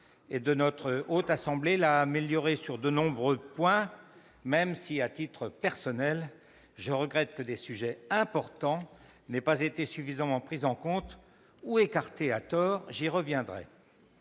et de la Haute Assemblée l'a amélioré sur de nombreux points, même si, à titre personnel, je regrette que des sujets importants n'aient pas été suffisamment pris en compte ou écartés à tort- j'y reviendrai